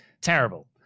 Terrible